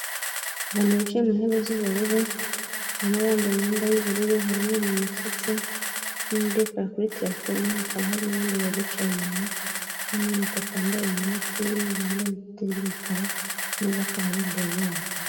Abantu bicaye mu ntebe z'ubururu, harimo abambaye imyenda y'ubururu, harimo umuntu usutse, n'undi urikureba kuri terefone. Hakaba hari n'abandi babiri babicaye inyuma harimo umu papa wambaye amadarubindi n'ikoti ry'umukara ameza akaba ari imbere yabo.